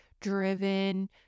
driven